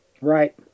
right